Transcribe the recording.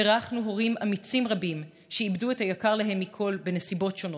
אירחנו הורים אמיצים רבים שאיבדו את היקר להם מכול בנסיבות שונות.